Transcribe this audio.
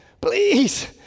please